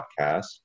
podcast